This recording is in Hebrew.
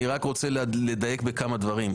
אני רק רוצה לדייק בכמה דברים.